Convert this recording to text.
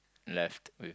left with